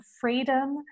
freedom